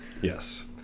yes